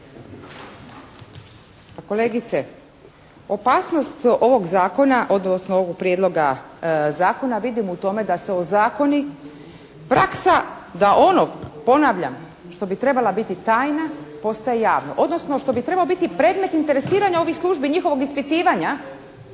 Kolegice, opasnost ovog zakona, odnosno ovog prijedloga zakona vidim u tome da se ozakoni praksa da ono ponavljam što bi trebala biti tajna postaje javno, odnosno ono što bi trebao biti predmet interesiranja ovih službi njihovog ispitivanja,